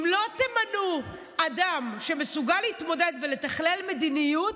אם לא תמנו אדם שמסוגל להתמודד ולתכלל מדיניות,